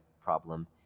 problem